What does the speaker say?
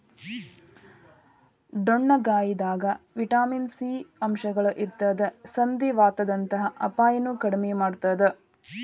ಡೊಣ್ಣಗಾಯಿದಾಗ vitamin C ಅಂಶಗಳು ಇರತ್ತದ ಸಂಧಿವಾತದಂತ ಅಪಾಯನು ಕಡಿಮಿ ಮಾಡತ್ತದ